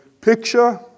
picture